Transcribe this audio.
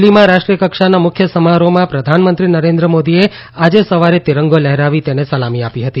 દિલ્હીમાં રાષ્ટ્રીયકક્ષાના મુખ્ય સમારોહમાં પ્રધાનમંત્રી નરેન્દ્ર મોદીએ આજે સવારે તિરંગો લહેરાવી તેને સલામી આપી હતી